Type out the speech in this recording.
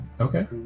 Okay